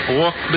walk